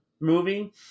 movie